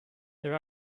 there